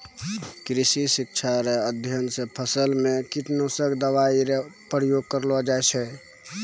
कृषि शिक्षा रो अध्ययन से फसल मे कीटनाशक दवाई रो प्रयोग करलो जाय छै